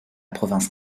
province